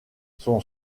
son